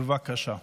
בבקשה.